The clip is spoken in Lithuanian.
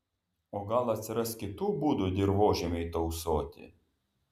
o gal atsiras kitų būdų dirvožemiui tausoti